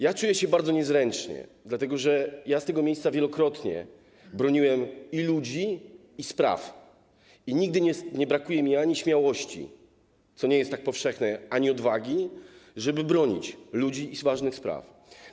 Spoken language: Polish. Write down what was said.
Ja czuję się bardzo niezręcznie, dlatego że z tego miejsca wielokrotnie broniłem i ludzi, i spraw, i nigdy nie brakuje mi ani śmiałości, co nie jest tak powszechne, ani odwagi, żeby bronić ludzi i ważnych spraw.